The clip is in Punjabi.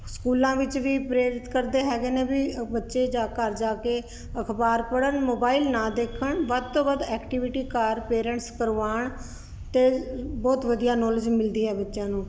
ਸਕੂਲਾਂ ਵਿੱਚ ਵੀ ਪ੍ਰੇਰਿਤ ਕਰਦੇ ਹੈਗੇ ਨੇ ਵੀ ਬੱਚੇ ਜਾ ਘਰ ਜਾ ਕੇ ਅਖਬਾਰ ਪੜ੍ਹਨ ਮੋਬਾਈਲ ਨਾ ਦੇਖਣ ਵੱਧ ਤੋਂ ਵੱਧ ਐਕਟੀਵਿਟੀ ਘਰ ਪੇਰੈਂਟਸ ਕਰਵਾਉਣ ਅਤੇ ਬਹੁਤ ਵਧੀਆ ਨੋਲੇਜ ਮਿਲਦੀ ਹੈ ਬੱਚਿਆਂ ਨੂੰ